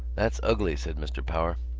that's ugly, said mr. power.